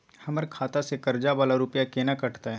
हमर खाता से कर्जा वाला रुपिया केना कटते?